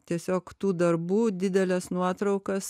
tiesiog tų darbų dideles nuotraukas